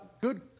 good